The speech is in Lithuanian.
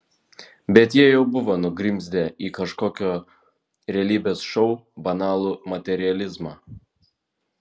bet jie jau buvo nugrimzdę į kažkokio realybės šou banalų materializmą